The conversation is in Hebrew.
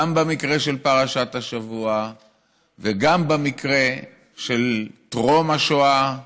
גם במקרה של פרשת השבוע וגם במקרה של טרום השואה,